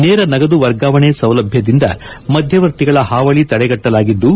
ನೇರ ನಗದು ವರ್ಗಾವಣೆ ಸೌಲಭ್ಯದಿಂದ ಮಧ್ಯವರ್ತಿಗಳ ಹಾವಳಿ ತಡೆಗಟ್ಟಲಾಗಿದ್ದು